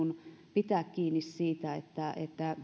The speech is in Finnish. pitää kiinni siitä että